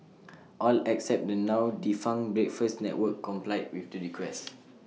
all except the now defunct breakfast network complied with the request